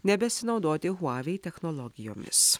nebesinaudoti huavei technologijomis